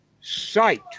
sight